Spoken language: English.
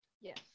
Yes